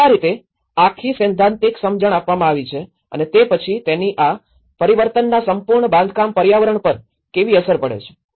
તેથી આ રીતે આખી સૈદ્ધાંતિક સમજણ આપવામાં આવી છે અને તે પછી તેની આ પરિવર્તનના સંપૂર્ણ બાંધકામ પર્યાવરણ પર કેવી અસર પડે છે